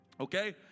Okay